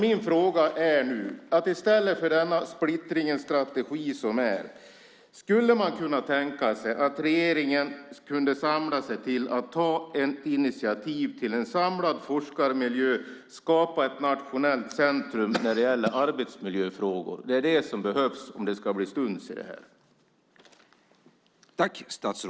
I stället för denna splittrade strategi skulle man kunna tänka sig att regeringen kan ta initiativ till en samlad forskarmiljö och skapa ett nationellt centrum när det gäller arbetsmiljöfrågor. Det är det som behövs om det ska bli stuns i det här.